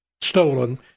stolen